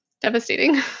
devastating